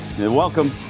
Welcome